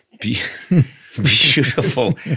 beautiful